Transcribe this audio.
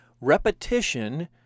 repetition